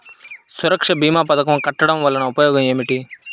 సురక్ష భీమా పథకం కట్టడం వలన ఉపయోగం ఏమిటి?